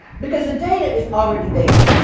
because the data is already there.